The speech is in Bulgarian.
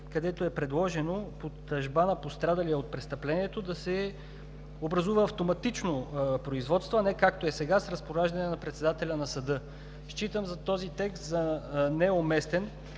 където е предложено под тъжба на пострадали от престъплението да се образува автоматично производство, а не както е сега – с разпореждане на председателя на съда. Считам този текст за неуместен,